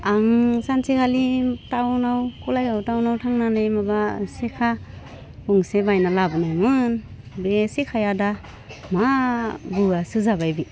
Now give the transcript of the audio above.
आं सानसेखालि टाउनाव गलायाव टाउनाव थांनानै माबा सेका गंसे बायना लाबोनायमोन बे सेकाया दा मा बुवासो जाबाय